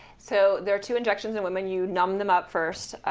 so there are two injections in women. you numb them up first,